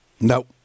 No